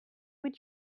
would